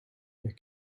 their